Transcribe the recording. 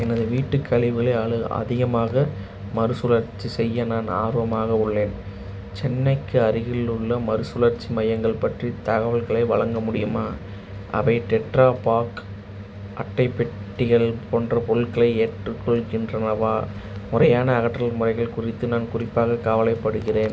எனது வீட்டுக் கழிவுகளை அலு அதிகமாக மறுசுழற்சி செய்ய நான் ஆர்வமாக உள்ளேன் சென்னைக்கு அருகிலுள்ள மறுசுழற்சி மையங்கள் பற்றி தகவல்களை வழங்க முடியுமா அவை டெட்ரா பாக் அட்டைப் பெட்டிகள் போன்ற பொருள்களை ஏற்றுக் கொள்கின்றனவா முறையான அகற்றல் முறைகள் குறித்து நான் குறிப்பாகக் கவலைப்படுகிறேன்